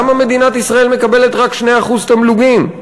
למה מדינת ישראל מקבלת רק 2% תמלוגים?